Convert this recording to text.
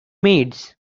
maids